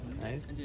Nice